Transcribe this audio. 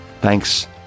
Thanks